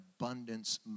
abundance